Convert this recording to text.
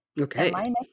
Okay